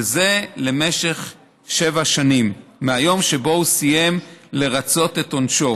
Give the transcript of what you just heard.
וזאת למשך שבע שנים מהיום שבו סיים לרצות את עונשו.